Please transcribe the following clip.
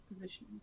position